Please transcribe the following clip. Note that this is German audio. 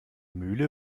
mühle